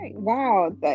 Wow